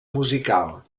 musical